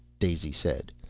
daisy said.